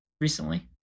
recently